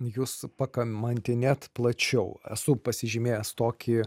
jus pakamantinėti plačiau esu pasižymėjęs tokį